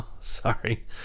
Sorry